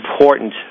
important